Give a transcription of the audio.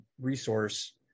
resource